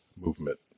movement